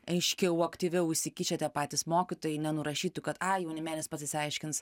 aiškiau aktyviau įsikišę tie patys mokytojai nenurašytų kad ai jaunimėlis pats išsiaiškins